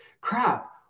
crap